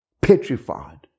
petrified